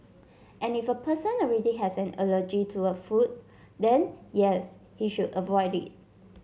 and if a person already has an allergy to a food then yes he should avoid it